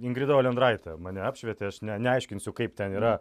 ingrida olendraitė mane apšvietė aš ne neaiškinsiu kaip ten yra